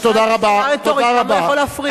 שאלתי שאלה רטורית, כמה הוא יכול להפריע.